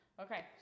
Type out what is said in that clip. Okay